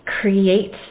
Create